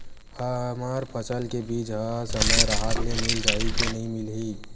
हमर फसल के बीज ह समय राहत ले मिल जाही के नी मिलही?